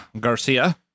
Garcia